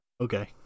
Okay